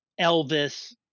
Elvis